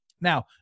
Now